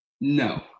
No